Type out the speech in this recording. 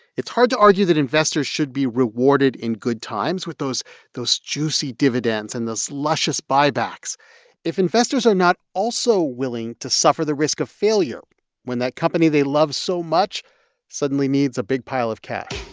it's hard to argue that investors should be rewarded in good times with those those juicy dividends and those luscious buybacks if investors are not also willing to suffer the risk of failure when that company they love so much suddenly needs a big pile of cash